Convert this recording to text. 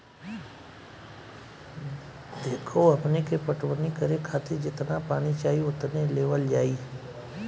देखऽ हमनी के पटवनी करे खातिर जेतना पानी चाही ओतने लेवल जाई